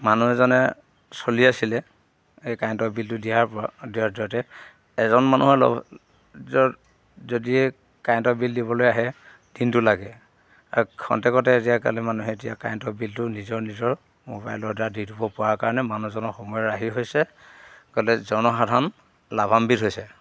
মানুহ এজনে চলি আছিলে এই কাৰেণ্টৰ বিলটো দিয়াৰ ওপৰত দিয়াৰ জৰিয়তে এজন মানুহৰ যদি কাৰেণ্টৰ বিল দিবলৈ আহে দিনটো লাগে আৰু খন্তেকতে আজিকালি মানুহে এতিয়া কাৰেণ্টৰ বিলটো নিজৰ নিজৰ মোবাইলৰ দ্বাৰা দি দিব পৰা কাৰণে মানুহজনৰ সময় ৰাহি হৈছে ইফালে জনসাধাৰণ লাভাম্বিত হৈছে